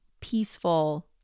peaceful